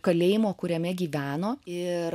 kalėjimo kuriame gyveno ir